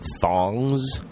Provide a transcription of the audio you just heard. thongs